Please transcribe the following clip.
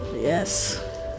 Yes